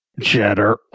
Cheddar